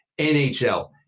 NHL